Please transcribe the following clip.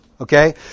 okay